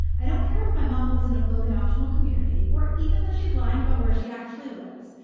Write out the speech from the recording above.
i don't care if my mom lives in a clothing optional community or even that she's lying about where she actually lives.